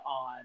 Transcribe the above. on